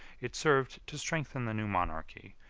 it served to strengthen the new monarchy,